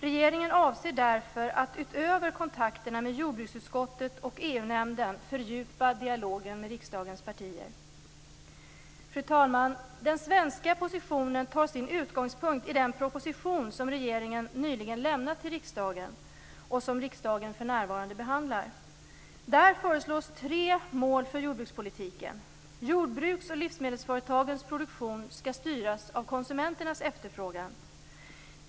Regeringen avser därför att utöver kontakterna med jordbruksutskottet och EU-nämnden fördjupa dialogen med riksdagens partier. Fru talman! Den svenska positionen tar sin utgångspunkt i den proposition som regeringen nyligen lämnat till riksdagen och som riksdagen för närvarande behandlar. Där föreslås tre mål för jordbrukspolitiken. Jordbruks och livsmedelsföretagens produktion skall styras av konsumenternas efterfrågan.